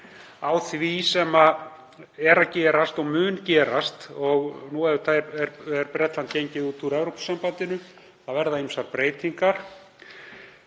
á því sem er að gerast og mun gerast. Nú er Bretland gengið úr Evrópusambandinu. Það verða ýmsar breytingar.